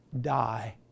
die